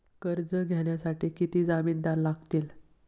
कर्ज घेण्यासाठी किती जामिनदार लागतील?